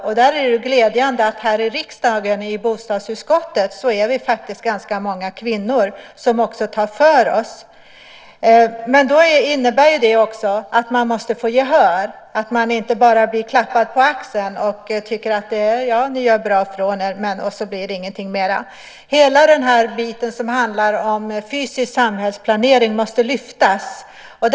Det är glädjande att här i riksdagen, i bostadsutskottet är vi faktiskt ganska många kvinnor och som också tar för oss. Men det innebär också att vi måste få gehör, att vi inte bara blir klappade på axeln, att man säger att vi gör bra ifrån oss och att det sedan inte händer något mer. Hela den bit som handlar om fysisk samhällsplanering måste lyftas fram.